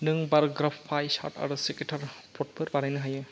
नों bar graph pie chart आरो scatter plot for बानायनो हायो